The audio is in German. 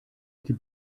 die